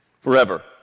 forever